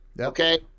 Okay